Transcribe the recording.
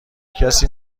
کسی